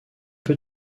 peu